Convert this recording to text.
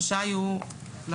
רשאי הוא וכולי".